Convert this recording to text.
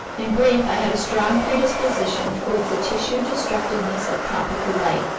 in brief, i had a strong predisposition toward the tissue-destructiveness of tropical light.